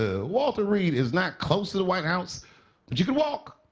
ah walter reed is not close to the white house. but you can walk.